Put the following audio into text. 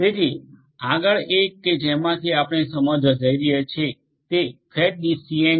તેથી આગળ એક કે જેમાંથી આપણે સમજવા જઈ રહ્યા છીએ તે છે ફેટ ટ્રી ડીસીએન